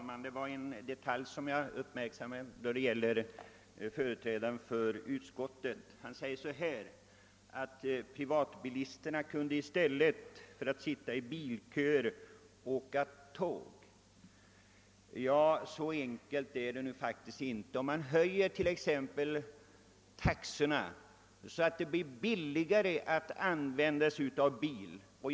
Herr talman! Utskottets företrädare sade att bilisterna i stället för att sitta i bilköer borde åka tåg. Så enkelt är det faktiskt inte, om SJ höjer taxorna så att det blir billigare att åka bil då föredrar man bilar.